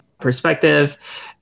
perspective